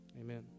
Amen